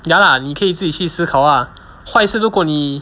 ya lah 你可以自己去思考 lah 坏是如果你